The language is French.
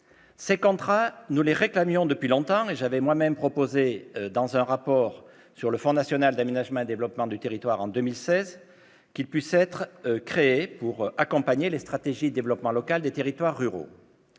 Ces contrats, nous les réclamions depuis longtemps, et j'avais moi-même proposé en 2016 dans un rapport d'information sur le Fonds national d'aménagement et de développement du territoire, le FNADT, qu'ils puissent être créés pour accompagner les stratégies de développement local des territoires ruraux.